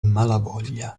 malavoglia